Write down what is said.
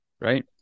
Right